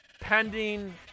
pending –